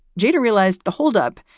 jada realized the hold up.